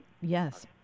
Yes